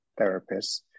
therapists